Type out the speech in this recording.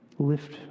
Lift